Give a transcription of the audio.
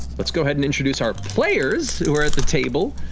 let's go ahead and introduce our players who are at the table,